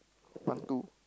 part two